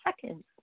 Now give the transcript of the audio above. seconds